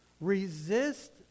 Resist